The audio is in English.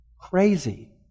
Crazy